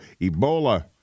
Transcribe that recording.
Ebola